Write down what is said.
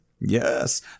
Yes